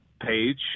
page